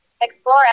explore